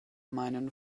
meinen